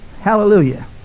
Hallelujah